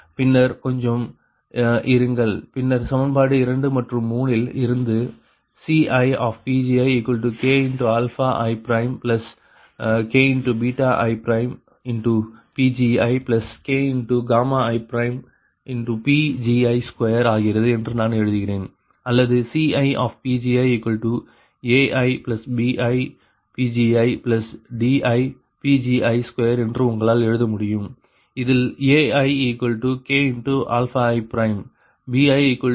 பின்னர் கொஞ்சம் இருங்கள் பின்னர் சமன்பாடு 2 மற்றும் 3 இல் இருந்து CiPgikikiPgikiPgi2 ஆகிறது என்று நான் எழுதுகிறேன் அல்லது CiPgiaibiPgidiPgi2 என்று உங்களால் எழுத முடியும் இதில் aiki bik i மற்றும் diki ஆகும்